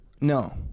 No